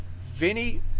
Vinny